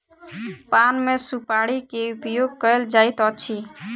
पान मे सुपाड़ी के उपयोग कयल जाइत अछि